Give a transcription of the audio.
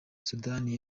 sudani